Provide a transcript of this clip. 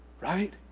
right